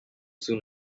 soon